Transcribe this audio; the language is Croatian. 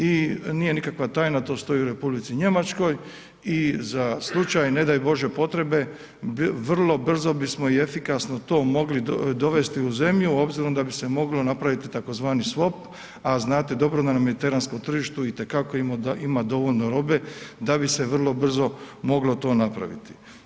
I nije nikakva tajna to stoji u Republici Njemačkoj i za slučaj ne daj Bože potrebe vrlo brzo bismo i efikasno to mogli dovesti u zemlju obzirom da bi se moglo napraviti tzv. swap a znate dobro da na mediteranskom tržištu itekako ima dovoljno robe da bi se vrlo brzo moglo to napraviti.